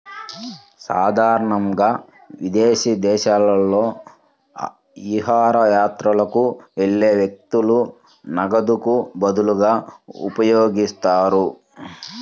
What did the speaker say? సాధారణంగా విదేశీ దేశాలలో విహారయాత్రకు వెళ్లే వ్యక్తులు నగదుకు బదులుగా ఉపయోగిస్తారు